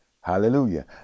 hallelujah